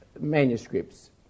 manuscripts